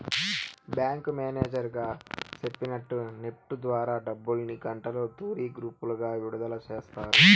bank manager గారు సెప్పినట్టు NEFT ద్వారా డబ్బుల్ని గంటకో తూరి గ్రూపులుగా విడదల సేస్తారు